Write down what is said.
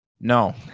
no